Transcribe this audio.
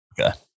Okay